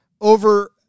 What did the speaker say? over